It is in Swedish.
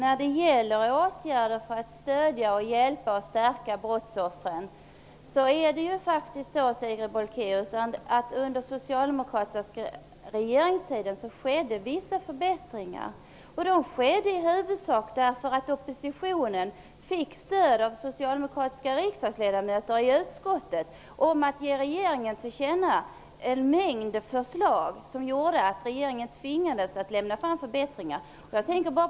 Fru talman! Under den socialdemokratiska regeringstiden skedde vissa förbättringar när gäller åtgärder för att stödja, hjälpa och stärka brottsoffren. Dessa förbättringar skedde i huvudsak därför att oppositionen fick stöd av de socialdemokratiska riksdagsledamöterna i utskottet när det gällde att ge regeringen en mängd förslag till känna. Dessa förslag innebar att regeringen i sin tur tvingades att lägga fram förslag om förbättringar.